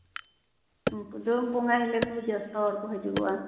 ᱩᱝᱠᱩ ᱫᱚ ᱵᱚᱸᱜᱟ ᱦᱤᱞᱳᱜ ᱠᱚ ᱦᱤᱡᱩᱜᱼᱟ ᱡᱚᱛᱚ ᱦᱚᱲ ᱠᱚ ᱦᱤᱡᱩᱜᱼᱟ